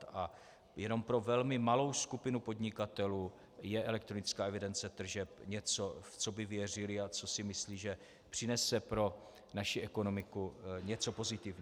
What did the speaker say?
A jenom pro velmi malou skupinu podnikatelů je elektronická evidence tržeb něco, v co by věřili a co si myslí, že přinese pro naši ekonomiku něco pozitivního.